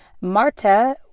Marta